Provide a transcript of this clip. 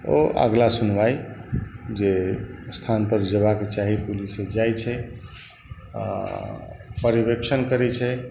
ओ अगला सुनवाइ जे स्थान पर जेबाक चाही से पुलिस जाइ छै आ परिवेक्षण करै छै